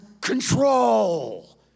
control